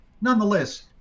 Nonetheless